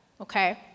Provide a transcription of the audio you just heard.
okay